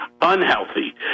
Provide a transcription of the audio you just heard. unhealthy